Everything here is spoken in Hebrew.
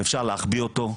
אפשר להחביא אותו,